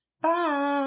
bye